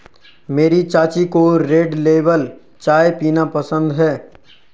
मेरी चाची को रेड लेबल चाय पीना पसंद है